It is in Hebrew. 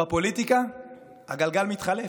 בפוליטיקה הגלגל מתחלף,